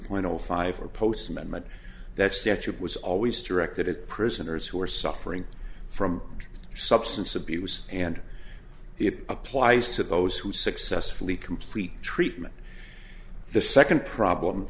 point zero five or post amendment that statute was always directed at prisoners who are suffering from substance abuse and it applies to those who successfully complete treatment the second problem